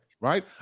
right